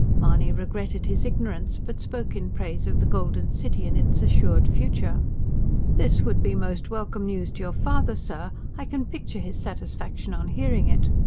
mahony regretted his ignorance, but spoke in praise of the golden city and its assured future this would be most welcome news to your father, sir. i can picture his satisfaction on hearing it.